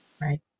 Right